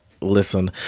listen